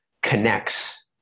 connects